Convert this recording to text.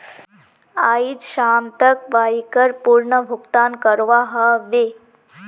आइज शाम तक बाइकर पूर्ण भुक्तान करवा ह बे